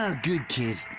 ah good kid.